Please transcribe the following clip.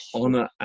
honor